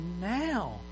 now